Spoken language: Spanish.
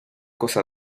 cosa